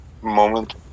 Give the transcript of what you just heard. moment